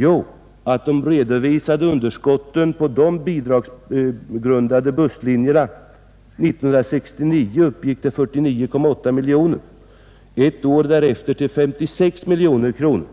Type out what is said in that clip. Jo, att de bidragsberättigade busslinjernas redovisade underskott, som år 1969 uppgick till 49,8 miljoner kronor, ett år därefter var 56 miljoner kronor